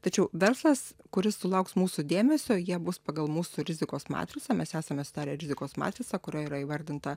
tačiau verslas kuris sulauks mūsų dėmesio jie bus pagal mūsų rizikos matricą mes esame sudarę rizikos matricą kurioj yra įvardinta